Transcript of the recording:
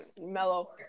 mellow